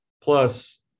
plus